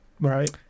Right